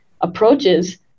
approaches